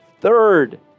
third